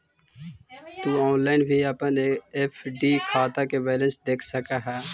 तु ऑनलाइन भी अपन एफ.डी खाता के बैलेंस देख सकऽ हे